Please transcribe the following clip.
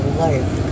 life